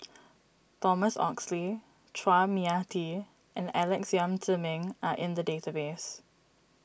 Thomas Oxley Chua Mia Tee and Alex Yam Ziming are in the database